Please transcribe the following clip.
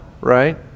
right